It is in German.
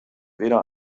weder